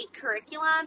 curriculum